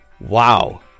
Wow